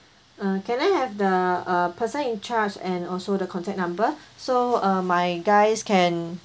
uh can I have the uh person in charge and also the contact number so uh my guys can